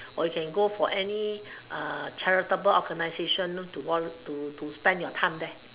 or you can go for any charitable organisation to to to spend your time there